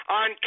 on